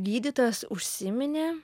gydytojas užsiminė